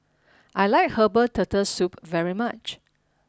I like Herbal Turtle Soup very much